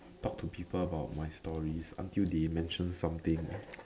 talk to people about my stories until they mention something